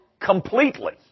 completely